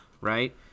Right